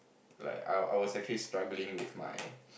like I I was actually struggling with my